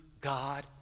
God